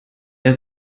der